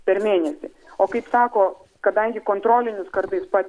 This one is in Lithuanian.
per mėnesį o kaip sako kadangi kontrolinius kartais pat